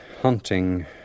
hunting